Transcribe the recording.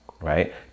right